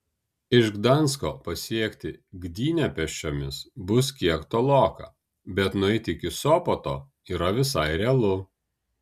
iš gdansko pasiekti gdynę pėsčiomis bus kiek toloka bet nueiti iki sopoto yra visai realu